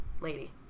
lady